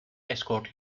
escort